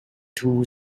two